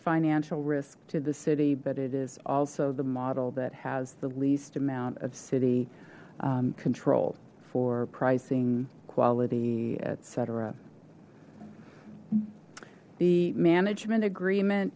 financial risk to the city but it is also the model that has the least amount of city control for pricing quality etc the management agreement